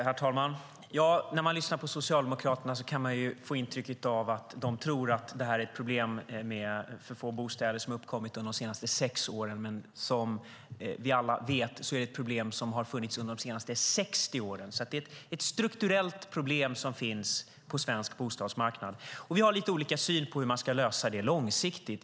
Herr talman! När man lyssnar på Socialdemokraterna kan man få intrycket att de tror att problemet med för få bostäder har uppkommit under de senaste sex åren. Som vi alla vet är det ett problem som har funnits under de senaste 60 åren. Det är ett strukturellt problem på svensk bostadsmarknad. Vi har lite olika syn på hur dessa problem ska lösas långsiktigt.